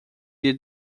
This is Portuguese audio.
dia